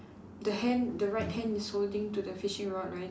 the hand the right hand is holding to the fishing rod right